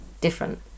different